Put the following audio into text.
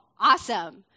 awesome